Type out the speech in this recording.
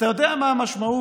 ואתה יודע מה המשמעות